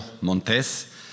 Montes